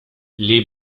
les